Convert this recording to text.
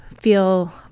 feel